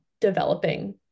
developing